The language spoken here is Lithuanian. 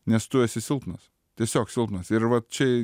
nes tu esi silpnas tiesiog silpnas ir va čia